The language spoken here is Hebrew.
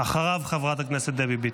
אחריו, חברת הכנסת דבי ביטון.